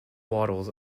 waddles